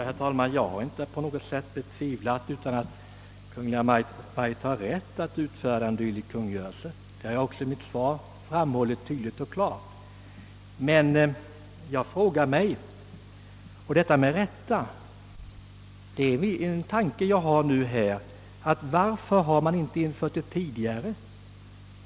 Herr talman! Jag har ingalunda betvivlat att Kungl. Maj:t har rätt att utfärda en dylik kungörelse. Det har jag även i mitt anförande tydligt framhållit. Men jag frågar mig, varför man inte tidigare har infört denna bestämmelse?